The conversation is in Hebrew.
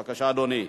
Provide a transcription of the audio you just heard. בבקשה, אדוני.